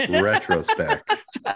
retrospect